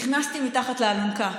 נכנסתי מתחת לאלונקה,